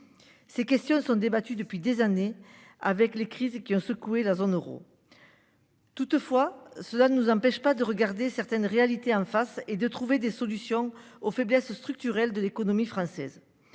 Ces questions sont débattues depuis des années avec les crises qui ont secoué la zone euro. Toutefois, cela ne nous empêche pas de regarder certaines réalités en face et de trouver des solutions aux faiblesses structurelles de l'économie française.